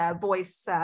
voice